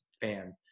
fan